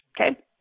okay